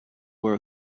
were